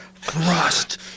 thrust